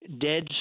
dead